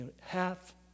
Half